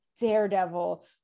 daredevil